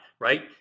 right